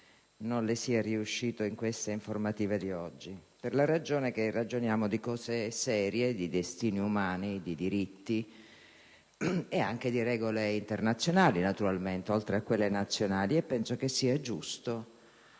non le sia riuscito in questa informativa di oggi, per il motivo che ragioniamo di cose serie, di destini umani, di diritti e anche di regole internazionali, oltre che nazionali, e penso che sia giusto